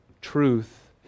truth